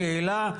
שאלה,